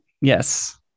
yes